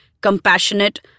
compassionate